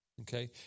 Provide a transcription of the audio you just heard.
okay